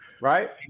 right